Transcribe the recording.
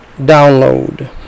download